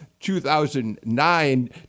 2009